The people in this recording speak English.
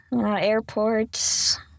airports